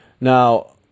Now